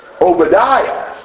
Obadiah